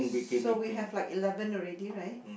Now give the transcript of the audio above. so we have like eleven already right